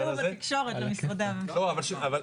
הודיעו בתקשורת, אבל לא למשרדי הממשלה.